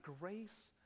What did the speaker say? grace